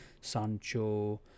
Sancho